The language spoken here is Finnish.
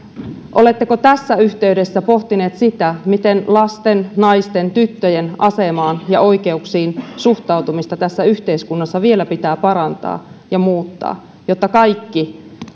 oletteko tässä yhteydessä pohtineet sitä miten lasten naisten tyttöjen asemaan ja oikeuksiin suhtautumista tässä yhteiskunnassa vielä pitää parantaa ja muuttaa jotta kaikki